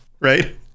Right